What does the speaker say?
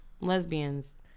lesbians